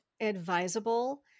advisable